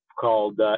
called